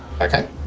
Okay